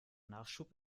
nachschub